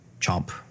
Chomp